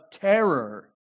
terror